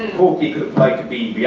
pokey could apply to be be